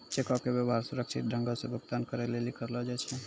चेको के व्यवहार सुरक्षित ढंगो से भुगतान करै लेली करलो जाय छै